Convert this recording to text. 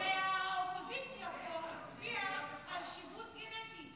שהאופוזיציה פה הצביעה על שיבוט גנטי.